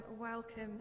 welcome